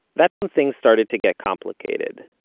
that's when things started to get complicated.